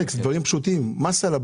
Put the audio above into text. אני מדבר על דברים פשוטים כמו המס על הבלו.